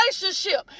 relationship